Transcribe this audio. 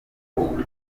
ubuzima